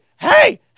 hey